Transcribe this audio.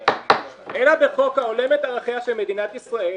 אלא בחוק ההולם את ערכיה של מדינת ישראל,